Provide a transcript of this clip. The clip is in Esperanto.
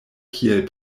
kiel